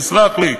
תסלח לי.